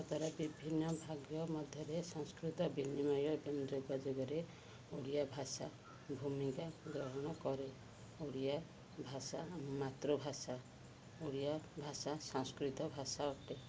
ଏହା ଦ୍ୱାରା ବିଭିନ୍ନ ଭାଗ୍ୟ ମଧ୍ୟରେ ସଂସ୍କୃତ ବିନିମୟ ଏବଂ ଯୋଗାଯୋଗରେ ଓଡ଼ିଆ ଭାଷା ଭୂମିକା ଗ୍ରହଣ କରେ ଓଡ଼ିଆ ଭାଷା ଆମ ମାତୃଭାଷା ଓଡ଼ିଆ ଭାଷା ସଂସ୍କୃତ ଭାଷା ଅଟେ